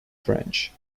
french